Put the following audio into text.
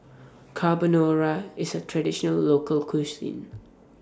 Carbonara IS A Traditional Local Cuisine